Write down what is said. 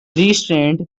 restrained